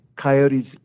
Coyotes